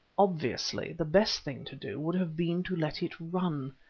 obviously the best thing to do would have been to let it run,